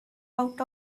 out